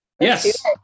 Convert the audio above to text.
yes